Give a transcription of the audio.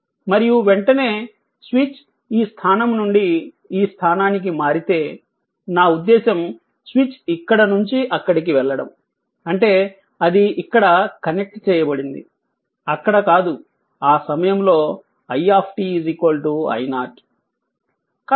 మరియు వెంటనే స్విచ్ ఈ స్థానం నుండి ఈ స్థానంకి మారితే నా ఉద్దేశ్యం స్విచ్ ఇక్కడ నుంచి అక్కడికి వెళ్లడం అంటే అది ఇక్కడ కనెక్ట్ చేయబడింది అక్కడ కాదు ఆ సమయంలో i i0